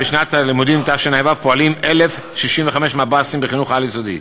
בשנת הלימודים תשע"ו פועלים 1,065 מב"סים בחינוך העל-יסודי.